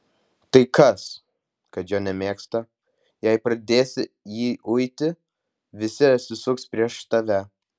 tai kas kad jo nemėgsta jei pradėsi jį uiti visi atsisuks prieš tave